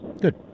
good